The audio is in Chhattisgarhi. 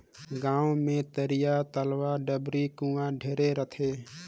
गांव मे तरिया, तलवा, डबरी, कुआँ ढेरे रथें